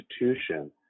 institution